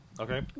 Okay